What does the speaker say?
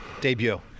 Debut